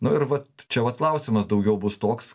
nu ir vat čia vat klausimas daugiau bus toks